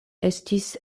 estis